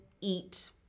eat